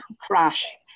crash